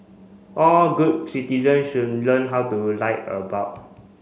all good citizen should learn how to light a bulb